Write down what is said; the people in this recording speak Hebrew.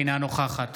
אינה נוכחת